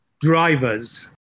drivers